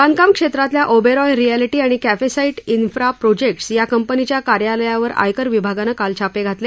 बांधकाम क्षेत्रातल्या ओबेरॉय रियालिटी आणि कॅपेसाईट उफ्रा प्रोजेक्ट्स या कंपनीच्या कार्यालयावर आयकर विभागानं काल छापे घातले